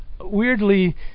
weirdly